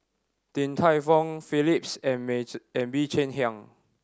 Din Tai Fung Phillips and and Bee Cheng Hiang